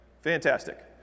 Fantastic